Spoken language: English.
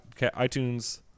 iTunes